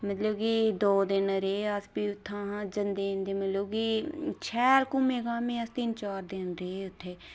ते मतलब कि दो दिन रेह् अस भी ते भी उत्थां जंदे जंदे मतलब कि शैल घुम्में ते तिन चार दिन रेह् उत्थै